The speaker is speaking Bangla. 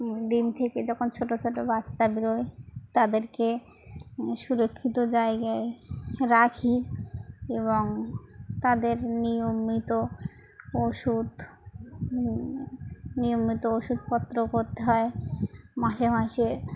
ডিম থেকে যখন ছোটো ছোটো বাচ্চা বেরোয় তাদেরকে সুরক্ষিত জায়গায় রাখি এবং তাদের নিয়মিত ওষুধ নিয়মিত ওষুধপত্র করতে হয় মাসে মাসে